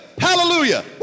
Hallelujah